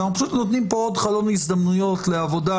אנחנו נותנים פה עוד חלון הזדמנויות לעבודה